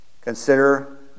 Consider